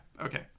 okay